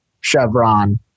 Chevron